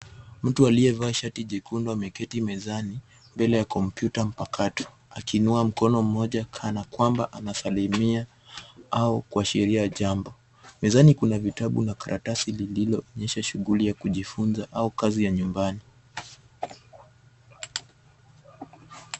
Mtu aliyevaa shati jekundu, ameketi mezani, mbele ya kompyuta mpakato, akiinua mkono mmoja kama kwamba anasalimia, au kuashiria jambo. Mezani kuna vitabu, na karatasi lililoonyesha shughuli ya kujifunza, au kazi ya nyumbani.